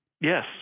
yes